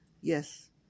Yes